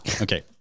Okay